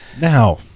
Now